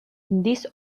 this